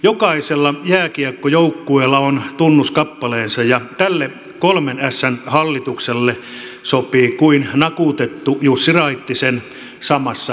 jokaisella jääkiekkojoukkueella on tunnuskappaleensa ja tälle kolmen ässän hallitukselle sopii kuin nakutettu jussi raittisen samassa veneessä